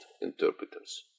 interpreters